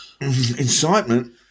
Incitement